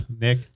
Nick